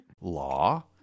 Law